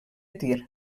tir